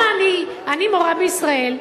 אני מורה בישראל,